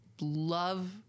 love